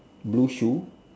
blue shoe